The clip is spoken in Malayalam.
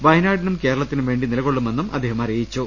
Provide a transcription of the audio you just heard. വ്യനാടിനും കേരളത്തിനും വേണ്ടി നിലകൊള്ളുമെന്നും അദ്ദേഹം അറി യിച്ചു